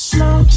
Slow